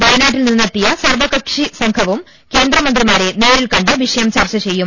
വയനാട്ടിൽ നിന്നെത്തിയ സർവ്വക്ക്ഷി സംഘവും കേന്ദ്രമ ന്ത്രിമാരെ നേരിൽ കണ്ട് വിഷയം ചർച്ച ചെയ്യും